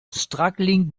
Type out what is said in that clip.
struggling